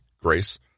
grace